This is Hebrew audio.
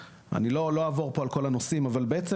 אני לא אעבור על כל הנושאים שמופיעים אבל בעצם